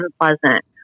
unpleasant